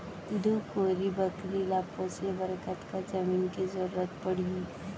दू कोरी बकरी ला पोसे बर कतका जमीन के जरूरत पढही?